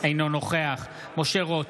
אינו נוכח משה רוט,